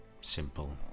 simple